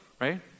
right